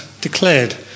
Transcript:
declared